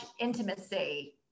intimacy